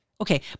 okay